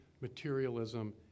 materialism